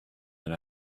than